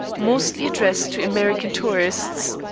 mostly addressed to american tourists.